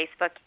Facebook